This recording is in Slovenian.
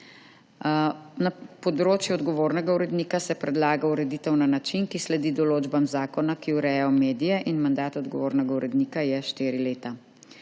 Na področju odgovornega urednika se predlaga ureditev na način, ki sledi določbam zakona, ki urejajo medije, in mandat odgovornega urednika je štiri leta.